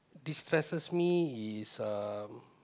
destresses me is uh